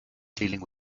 dealing